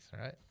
right